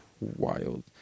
wild